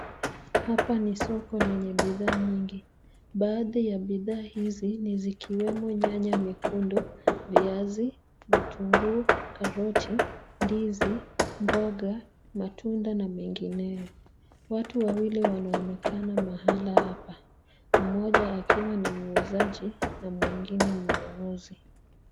Hapa ni soko lenye bidhaa nyingi. Baadhi ya bidhaa hizi ni zikiwemo nyanya nyekundu, viazi, vitunguu, karoti, ndizi, mboga, matunda na mengineyo. Watu wawili wanaonekana mahala hapa, mmoja akiwa ni mwuuzaji na mwingine ni mnunuzi.